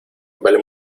vale